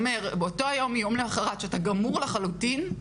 זו מחלקה שהיא מחלקה גברית לכל דבר.